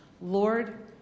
Lord